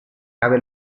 cave